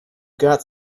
got